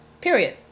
Period